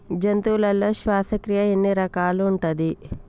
జంతువులలో శ్వాసక్రియ ఎన్ని రకాలు ఉంటది?